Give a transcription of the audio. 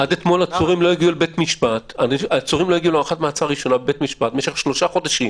עד אתמול עצורים לא הגיעו לבית משפט להארכת מעצר ראשונה במשך 3 חודשים